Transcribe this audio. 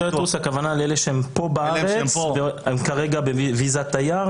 סטטוס הכוונה לאלה שנמצאים בארץ והם כרגע בוויזת תייר?